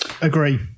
agree